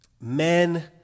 men